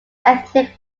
ethnic